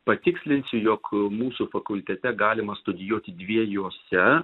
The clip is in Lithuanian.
patikslinsiu jog mūsų fakultete galima studijuoti dviejose